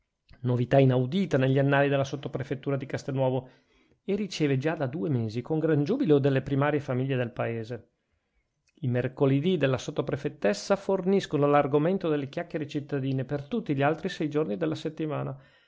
novità inaudita negli annali della sottoprefettura di castelnuovo e riceve già da due mesi con gran giubilo delle primarie famiglie del paese i mercoledì della sottoprefettessa forniscono l'argomento delle chiacchiere cittadine per tutti gli altri sei giorni della settimana